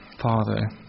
Father